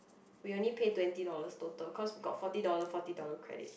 we only pay twenty dollars total cause got forty dollar forty dollar credit